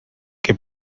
que